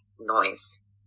noise